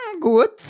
good